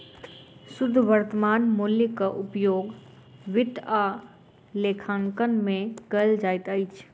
शुद्ध वर्त्तमान मूल्यक उपयोग वित्त आ लेखांकन में कयल जाइत अछि